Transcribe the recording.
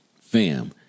Fam